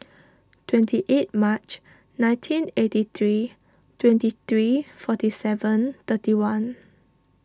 twenty eight Mar nineteen eighty three twenty three forty seven thirty one